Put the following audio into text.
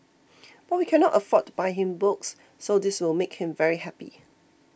but we cannot afford to buy him books so this will make him very happy